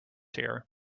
here